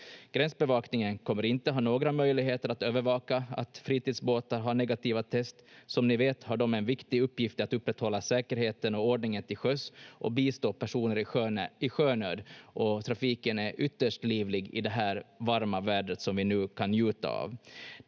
Gränsbevakningen kommer inte ha några möjligheter att övervaka att fritidsbåtar har negativa test. Som ni vet har de en viktig uppgift att upprätthålla säkerheten och ordningen till sjöss och bistå personer i sjönöd, och trafiken är ytterst livlig i det här varma vädret som vi nu kan njuta av.